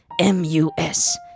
m-u-s